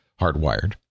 hardwired